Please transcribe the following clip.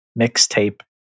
mixtape